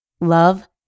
Love